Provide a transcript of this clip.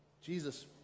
Jesus